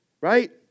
right